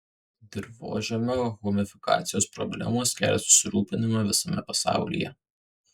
dirvožemio humifikacijos problemos kelia susirūpinimą visame pasaulyje